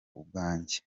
ubwanjye